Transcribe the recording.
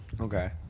Okay